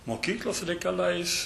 mokyklos reikalais